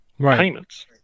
payments